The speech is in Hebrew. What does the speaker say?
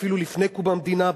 ואפילו לפני קום המדינה,